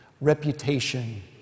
reputation